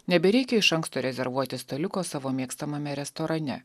nebereikia iš anksto rezervuoti staliuko savo mėgstamame restorane